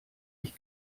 ich